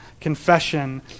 confession